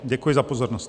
Děkuji za pozornost.